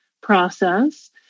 process